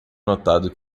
notado